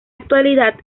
actualidad